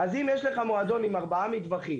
אם יש לך מועדון עם ארבעה מטווחים